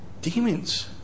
demons